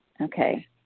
Okay